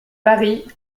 paris